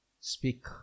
Speak